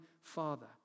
father